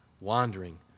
wandering